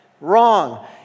wrong